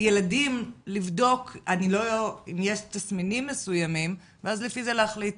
ילדים לבדוק אם יש תסמינים מסוימים ואז לפי זה להחליט